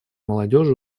молодежи